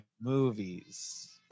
movies